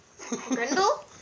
Grindel